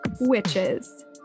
witches